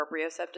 proprioceptive